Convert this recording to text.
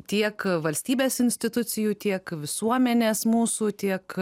tiek valstybės institucijų tiek visuomenės mūsų tiek